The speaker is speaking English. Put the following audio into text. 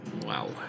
Wow